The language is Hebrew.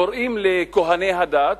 קוראים לכוהני הדת,